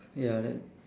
ya that